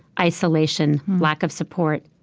isolation, lack of support,